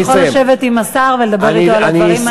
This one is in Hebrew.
אתה יכול לסיים עם השר ולדבר אתו על הדברים האלה.